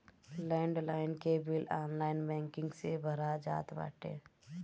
land line के bill online banking से भरा जात बाटे